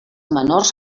menors